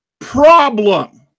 problem